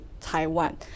Taiwan